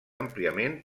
àmpliament